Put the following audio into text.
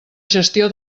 gestió